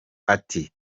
ati